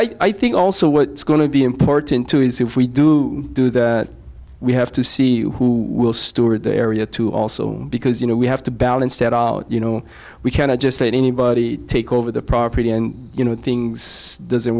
but i think also what is going to be important to is if we do do that we have to see who will steward the area to also because you know we have to balance that you know we cannot just let anybody take over the property and you know things doesn't